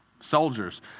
soldiers